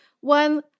one